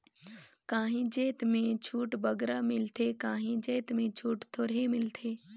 काहीं जाएत में छूट बगरा मिलथे काहीं जाएत में छूट थोरहें मिलथे